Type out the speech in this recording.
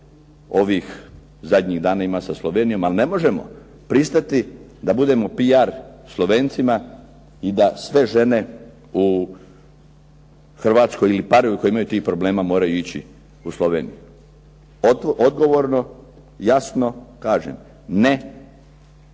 ovih zadnjih dana ima sa Slovenijom, ali ne možemo pristati da budemo PR Slovencima i da sve žene u Hrvatskoj ili parovi koji imaju tih problema moraju ići u Sloveniju. Odgovorno, jasno kažem "ne".